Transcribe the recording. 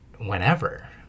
whenever